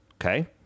okay